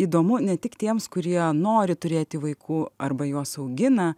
įdomu ne tik tiems kurie nori turėti vaikų arba juos augina